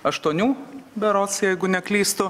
aštuonių berods jeigu neklystu